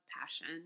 passion